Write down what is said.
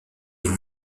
vous